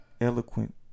eloquent